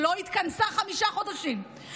שלא התכנסה חמישה חודשים,